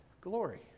glory